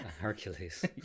Hercules